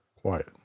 quiet